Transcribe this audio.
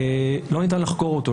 לא ניתן לחקור אותו,